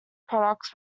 products